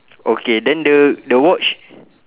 okay then the the watch